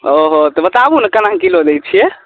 ओ हो तऽ बताबु ने केना किलो दै छियै